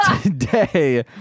today